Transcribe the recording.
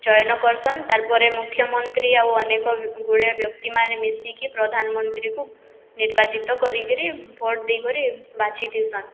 ଚୟନ କର୍ସନ୍ ତାର୍ପରେ ମୁଖ୍ୟମନ୍ତ୍ରୀ ଆଉ ଅନେକ ଗୁଡ଼ିଏ ବ୍ୟକ୍ତିମାନେ ମିଶିକି ପ୍ରଧାନମନ୍ତ୍ରୀଙ୍କୁ ନିର୍ବାଚିତ କରିକିରି ଭୋଟ ଦେଇକରି ବାଛିଥିସନ୍